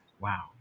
Wow